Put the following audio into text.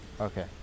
Okay